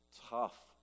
Tough